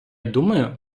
думаю